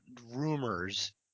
rumors